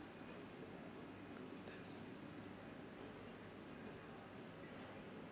that's